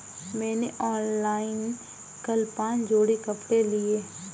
मैंने ऑनलाइन कल पांच जोड़ी कपड़े लिए